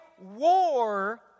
war